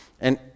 and